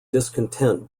discontent